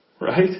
Right